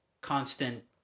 constant